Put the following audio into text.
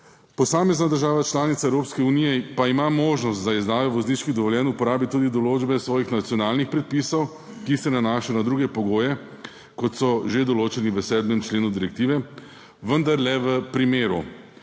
Posamezna država članica Evropske unije pa ima možnost za izdajo vozniških dovoljenj uporabi tudi določbe svojih nacionalnih predpisov, ki se nanašajo na druge pogoje, kot so že določeni v 7. členu direktive, vendar le v primeru,